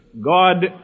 God